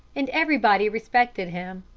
and everybody respected him.